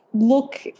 look